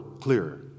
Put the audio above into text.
clearer